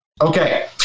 Okay